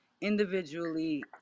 individually